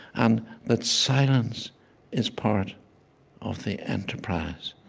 and that silence is part of the enterprise,